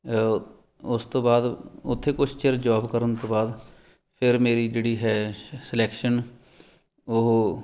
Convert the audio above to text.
ਉਸ ਤੋਂ ਬਾਅਦ ਉਥੇ ਕੁਝ ਚਿਰ ਜੋਬ ਕਰਨ ਤੋਂ ਬਾਅਦ ਫਿਰ ਮੇਰੀ ਜਿਹੜੀ ਹੈ ਸਲੈਕਸ਼ਨ ਉਹ